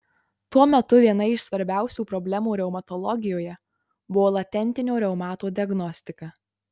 tuo metu viena iš svarbiausių problemų reumatologijoje buvo latentinio reumato diagnostika